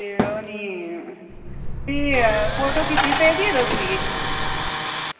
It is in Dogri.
ते ओह् निं भी फोटो खिच्चियै भेजगे तुस मिगी